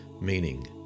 meaning